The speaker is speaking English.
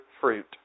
fruit